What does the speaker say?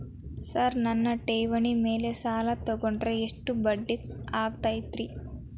Sir ನನ್ನ ಠೇವಣಿ ಮೇಲೆ ಸಾಲ ತಗೊಂಡ್ರೆ ಎಷ್ಟು ಬಡ್ಡಿ ಆಗತೈತ್ರಿ?